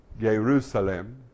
Jerusalem